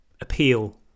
appeal